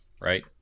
right